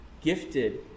gifted